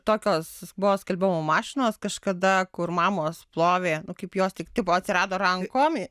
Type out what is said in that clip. tokios buvo skalbimo mašinos kažkada kur mamos plovė kaip jos tik tipo atsirado rankomi